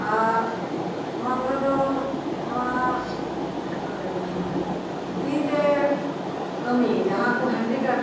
ᱟᱨ ᱱᱚᱣᱟ ᱠᱚᱨᱮ ᱫᱚ ᱱᱚᱣᱟ ᱛᱤ ᱛᱮ ᱠᱟᱢᱤ ᱡᱟᱦᱟᱸ ᱠᱚ ᱦᱮᱱᱤᱠᱮᱯ